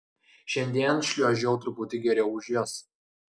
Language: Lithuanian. šiandien šliuožiau truputį geriau už jas